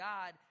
God